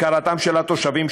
הפקרת התושבים,